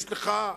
יש לך,